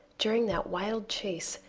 during that wild chase,